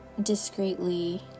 discreetly